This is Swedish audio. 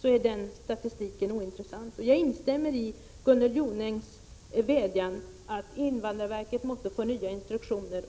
för den enskilde jude som inte får resa in. Jag instämmer i Gunnel Jonängs vädjan att invandrarverket måtte få nya instruktioner.